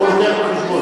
רק הוא מביא בחשבון.